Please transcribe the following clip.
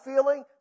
feeling